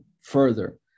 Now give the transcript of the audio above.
further